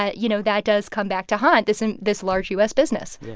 ah you know, that does come back to haunt this and this large u s. business yeah.